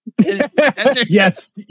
Yes